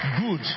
good